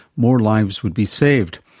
more lives would be saved.